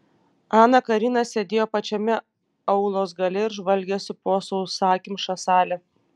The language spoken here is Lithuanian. ana karina sėdėjo pačiame aulos gale ir žvalgėsi po sausakimšą salę